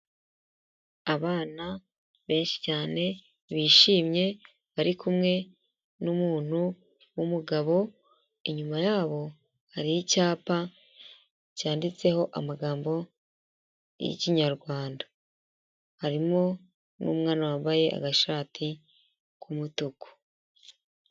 Abana benshi cyane bishimye bari kumwe n'umuntu wumugabo, inyuma yabo hari icyapa cyanditseho amagambo y'ikinyarwanda harimo n'umwana wambaye agashati k'umutuku.